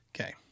Okay